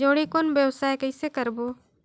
जोणी कौन व्यवसाय कइसे करबो?